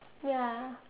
ya